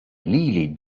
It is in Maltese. lili